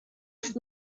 ist